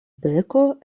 beko